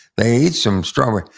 they eat some strawberries,